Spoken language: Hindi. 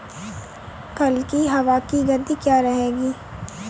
कल की हवा की गति क्या रहेगी?